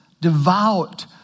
devout